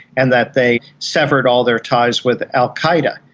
and that they severed all their ties with al qaeda.